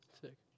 sick